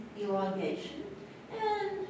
elongation—and